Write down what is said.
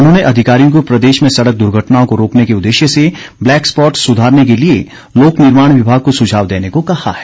उन्होंने अधिकारियों को प्रदेश में सड़क दुर्घटनाओं को रोकने के उद्देश्य से ब्लैक स्पॉट सुधारने के लिए लोक निर्माण विभाग को सुझाव देने को कहा है